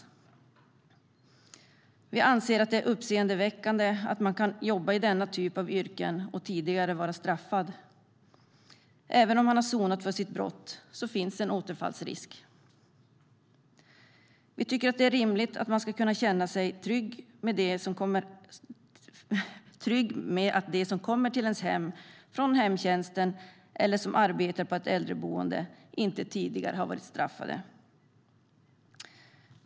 Vi anser att det är uppseendeväckande att man kan jobba i denna typ av yrken och tidigare vara straffad. Även om man har sonat sitt brott finns en återfallsrisk. Vi tycker att det är rimligt att man ska kunna känna sig trygg med att de som kommer till ens hem från hemtjänsten eller som arbetar på ett äldreboende inte tidigare har varit straffade.